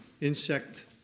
insect